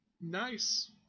nice